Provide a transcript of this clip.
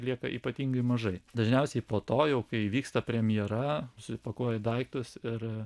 lieka ypatingai mažai dažniausiai po to jau kai įvyksta premjera susipakuoji daiktus ir